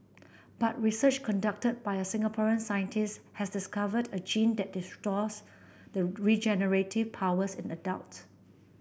but research conducted by a Singaporean scientist has discovered a gene that restores the regenerative powers in adults